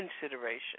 consideration